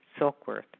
Silkworth